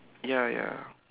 ya ya